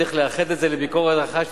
צריך לאחד את זה לביקורת אחת,